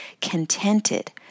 contented